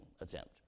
attempt